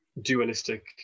dualistic